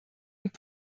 und